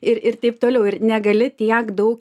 ir ir taip toliau ir negali tiek daug